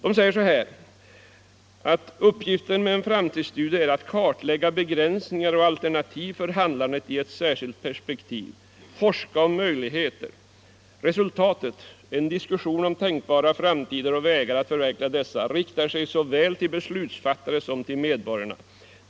Sekretariatet säger att ”uppgiften med en framtidsstudie är att kartlägga begränsningar och alternativ för handlandet i ett längre perspektiv, ”forska om möjligheter”. Resultatet — en diskussion om tänkbara framtider och vägar att förverkliga dessa — riktar sig såväl till beslutsfattarna som till medborgarna.